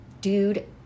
dude